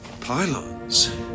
Pylons